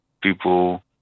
People